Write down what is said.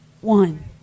one